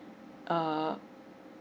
err